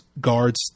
guards